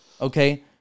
okay